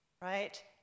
right